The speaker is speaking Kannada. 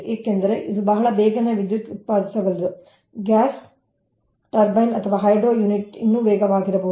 ಏಕೆಂದರೆ ಇದು ಬಹಳ ಬೇಗನೆ ವಿದ್ಯುತ್ ಉತ್ಪಾದಿಸಬಲ್ಲದು ಗ್ಯಾಸ್ ಟರ್ಬೈನ್ ಅಥವಾ ಹೈಡ್ರೊ ಯೂನಿಟ್ ಇನ್ನೂ ವೇಗವಾಗಿರಬಹುದು